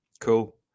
Cool